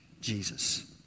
Jesus